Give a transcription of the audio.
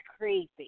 creepy